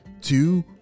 two